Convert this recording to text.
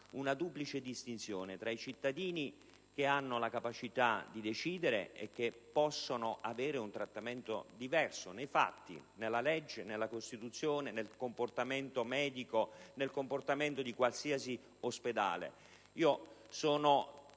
una duplice distinzione tra i cittadini che hanno la capacità di decidere e che possono avere un trattamento diverso, nella legge, nella Costituzione e nei fatti, nel comportamento medico e di qualsiasi ospedale. Sono